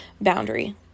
boundary